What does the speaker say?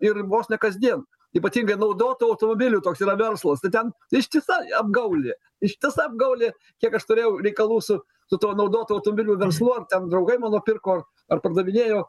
ir vos ne kasdien ypatingai naudotų automobilių toks yra verslas tai ten ištisai apgaulė ištisa apgaulė kiek aš turėjau reikalų su su tuo naudotų automobilių verslu ar ten draugai mano pirko ar pardavinėjo